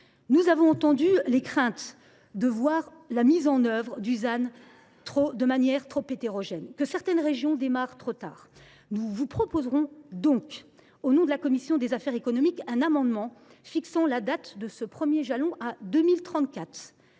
nous avons entendu les craintes d’une mise en œuvre du ZAN trop hétérogène, que certaines régions commenceraient trop tard. Nous vous proposerons donc, au nom de la commission des affaires économiques, un amendement tendant à fixer ce premier jalon à 2034